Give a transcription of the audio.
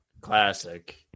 Classic